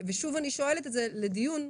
ושוב אני שואלת את זה לדיון,